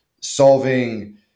solving